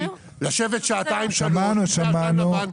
לשבת שעתיים-שלוש עד שייצא עשן לבן,